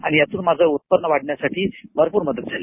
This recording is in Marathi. आणि यातून माझं उत्पन्न वाढवण्यासाठी भरपूर मदत झाली